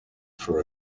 for